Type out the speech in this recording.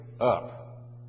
up